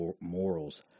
morals